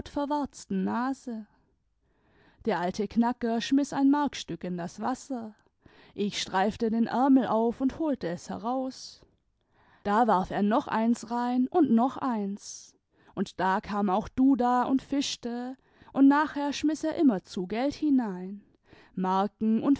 verwarzten nase der alte knacker schmiß ein markstück in das wasser ich streifte den ärmel auf tmd holte es heraus da warf er noch eins rein und noch eins imd da kam auch duda imd fischte und nachher schmiß er immerzu geld hinein marken und